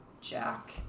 jack